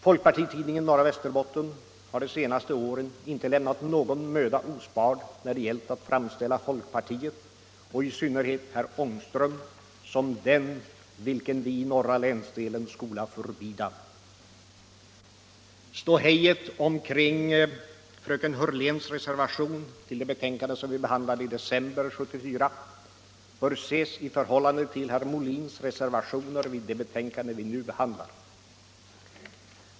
Folkpartitidningen Norra Västerbotten har de senaste åren inte sparat någon möda när det gällt att framställa folkpartiet och i synnerhet herr Ångström som den vilken vi i norra länsdelen skola förbida. Ståhejet omkring fröken Hörléns reservation till det betänkande som vi behandlade i december 1974 bör ses i förhållande till herr Molins reservationer till det betänkande vi nu behandlar.